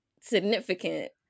significant